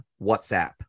WhatsApp